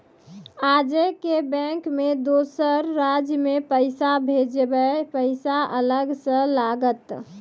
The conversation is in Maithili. आजे के बैंक मे दोसर राज्य मे पैसा भेजबऽ पैसा अलग से लागत?